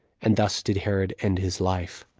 and thus did herod end his life.